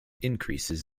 increases